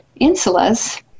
insulas